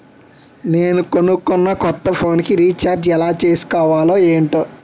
నేను కొనుకున్న కొత్త ఫోన్ కి రిచార్జ్ ఎలా చేసుకోవాలో ఏంటో